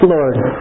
Lord